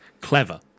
clever